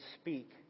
speak